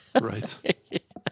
Right